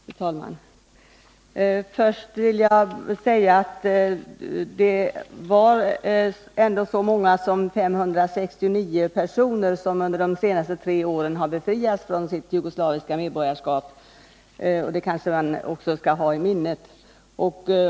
Fru talman! Först vill jag säga att det var så många som 569 personer som under de senaste tre åren befriades från jugoslaviskt medborgarskap. Det skall man kanske också ha i minnet.